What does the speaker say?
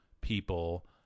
people